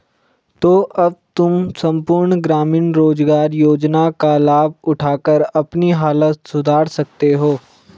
तो अब तुम सम्पूर्ण ग्रामीण रोज़गार योजना का लाभ उठाकर अपनी हालत सुधार सकते हो